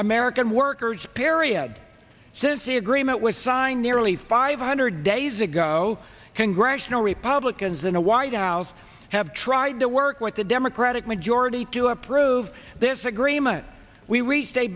american workers parea since the agreement was signed nearly five hundred days ago congressional republicans in a white house have tried to work with the democratic majority to approve this agreement we